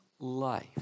life